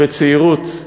בצעירות,